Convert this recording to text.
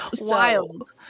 wild